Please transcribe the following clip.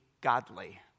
godly